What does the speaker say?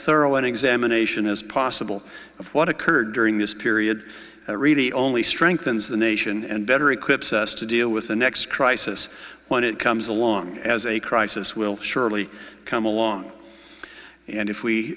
thorough an examination as possible of what occurred during this period really only strengthens the nation and better equipped to deal with the next crisis when it comes along as a crisis will surely come along and if we